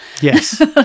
Yes